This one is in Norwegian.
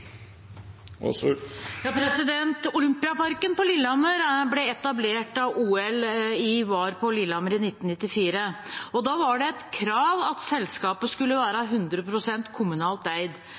Olympiaparken på Lillehammer ble etablert da OL var på Lillehammer i 1994. Da var det et krav at selskapet skulle være 100 pst. kommunalt eid,